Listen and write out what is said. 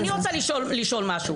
אני רוצה לשאול משהו.